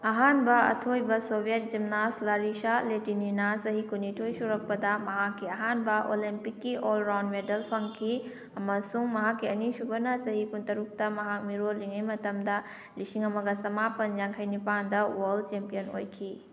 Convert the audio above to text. ꯑꯍꯥꯟꯕ ꯑꯊꯣꯏꯕ Soviet gymnast Larisa ꯂꯦꯇꯤꯅꯤꯅꯥ ꯆꯍꯤ ꯀꯨꯟꯅꯤꯊꯣꯏ ꯁꯨꯔꯛꯄꯗ ꯃꯍꯥꯛꯀꯤ ꯑꯍꯥꯟꯕ ꯑꯣꯂꯦꯝꯄꯤꯛꯀꯤ ꯑꯣꯜ ꯔꯥꯎꯟ ꯃꯦꯗꯜ ꯐꯪꯈꯤ ꯑꯃꯁꯨꯡ ꯃꯍꯥꯛꯀꯤ ꯑꯅꯤꯁꯨꯕꯅ ꯆꯍꯤ ꯀꯨꯟꯇꯔꯨꯛꯇ ꯃꯍꯥꯛ ꯃꯤꯔꯣꯜꯂꯤꯉꯩ ꯃꯇꯝꯗ ꯂꯤꯁꯤꯡ ꯑꯃꯒ ꯆꯃꯥꯄꯜ ꯌꯥꯡꯈꯩꯅꯤꯄꯥꯜꯗ ꯋꯥꯔꯜ ꯆꯦꯝꯄꯤꯌꯟ ꯑꯣꯏꯈꯤ